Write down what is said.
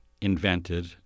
invented